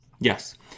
Yes